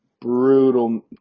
brutal